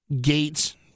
Gates